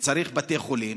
ועל כך שצריך בתי חולים,